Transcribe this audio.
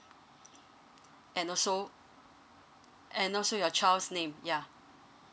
and also and also your child's name ya